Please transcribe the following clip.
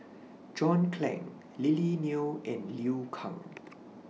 John Clang Lily Neo and Liu Kang